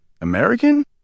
American